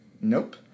nope